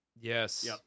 yes